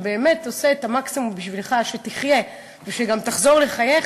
שכשהוא עושה את המקסימום בשבילך כדי שתחיה וגם תחזור לחייך,